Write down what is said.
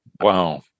wow